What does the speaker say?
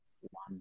one